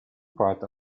part